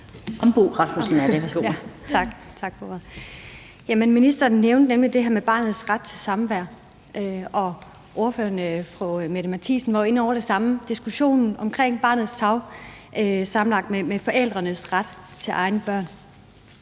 Ministeren nævnte det her med barnets ret til samvær, og ordføreren, fru Mette Thiesen, var inde over det samme, nemlig diskussionen om barnets tarv sammen med forældrenes ret til egne børn.